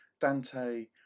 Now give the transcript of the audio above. Dante